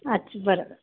अच्छा बरं बरं